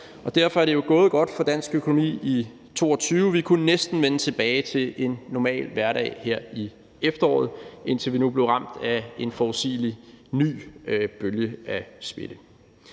Derfor er det jo gået godt for dansk økonomi i 2022. Vi kunne næsten vende tilbage til en normal hverdag her i efteråret, indtil vi nu blev ramt af en forudsigelig ny bølge af smitte.